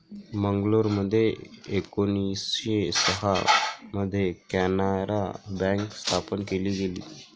मंगलोरमध्ये एकोणीसशे सहा मध्ये कॅनारा बँक स्थापन केली गेली